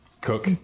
Cook